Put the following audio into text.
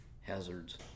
hazards